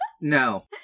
No